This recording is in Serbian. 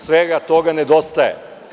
Svega toga nedostaje.